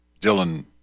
Dylan